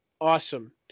awesome